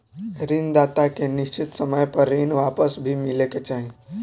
ऋण दाता के निश्चित समय पर ऋण वापस भी मिले के चाही